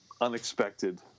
unexpected